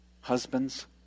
Husbands